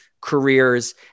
careers